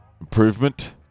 improvement